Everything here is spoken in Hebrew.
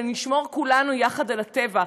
ונשמור כולנו יחד על הטבע.